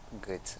good